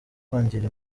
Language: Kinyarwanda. kwangira